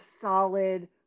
solid